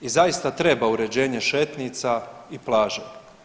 I zaista treba uređenje šetnica i plaža.